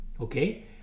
okay